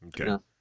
Okay